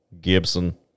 Gibson